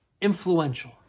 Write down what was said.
influential